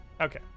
Okay